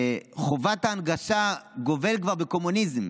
חובת ההנגשה גובלת כבר בקומוניזם.